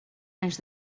anys